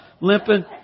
limping